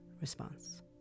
response